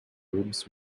rooms